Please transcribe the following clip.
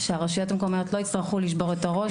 שהרשויות המקומיות לא יצטרכו לשבור את הראש,